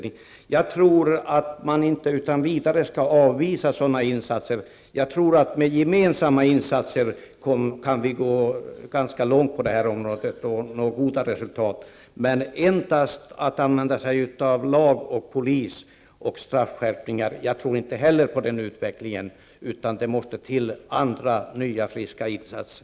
Jag tror att man inte utan vidare skall avvisa sådana insatser. Jag tror att vi med gemensamma insatser kan gå ganska långt på det här området och nå goda resultat. Att endast använda sig av lagar, polis och straffskärpningar tror jag inte heller räcker, utan det måste till andra friska insatser.